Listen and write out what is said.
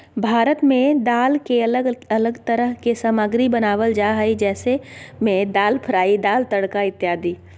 भारत में दाल के अलग अलग तरह के सामग्री बनावल जा हइ जैसे में दाल फ्राई, दाल तड़का इत्यादि